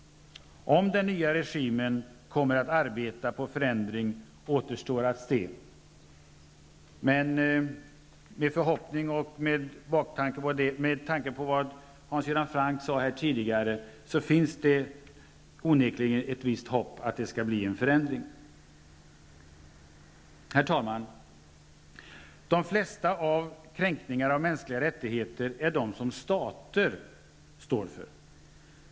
Om den nya regimen kommer att arbeta på att få till stånd en förändring återstår att se. Med tanke på vad Hans Göran Franck sade här tidigare finns det onekligen ett visst hopp om en förändring. De flesta kränkningar av mänskliga rättigheter står stater för.